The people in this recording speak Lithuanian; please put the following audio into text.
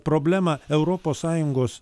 problemą europos sąjungos